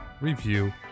review